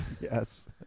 Yes